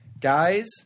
guys